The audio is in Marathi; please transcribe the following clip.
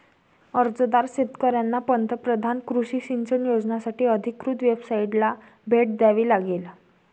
अर्जदार शेतकऱ्यांना पंतप्रधान कृषी सिंचन योजनासाठी अधिकृत वेबसाइटला भेट द्यावी लागेल